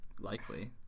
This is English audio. Likely